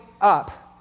up